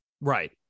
Right